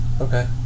Okay